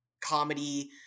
comedy